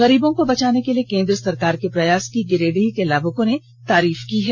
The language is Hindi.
गरीबो को बचाने के लिए केंद्र सरकार के प्रयास की गिरिडीह के लाभुकों ने तारीफ की है